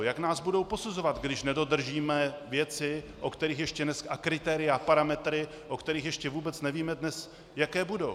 Jak nás budou posuzovat, když nedodržíme věci a kritéria, parametry, o kterých ještě vůbec nevíme dnes, jaké budou?